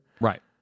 Right